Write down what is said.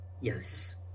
Yes